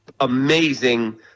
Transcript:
amazing